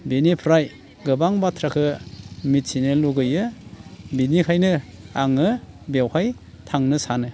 बेनिफ्राय गोबां बाथ्राखौ मिथिनो लुबैयो बेनिखायनो आङो बेवहाय थांनो सानो